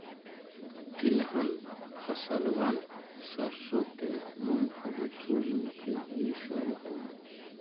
तिलहन फसलबन सरसों तेल, मूंगफली, सूर्यमुखी ई सब हई